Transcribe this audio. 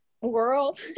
world